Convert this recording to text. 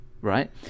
right